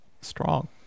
strong